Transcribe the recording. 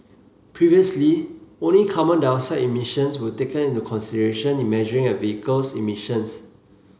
previously only carbon dioxide emissions were taken into consideration in measuring a vehicle's emissions